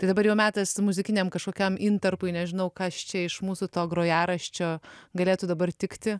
tai dabar jau metas muzikiniam kažkokiam intarpui nežinau kas čia iš mūsų to grojaraščio galėtų dabar tikti